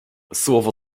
słowo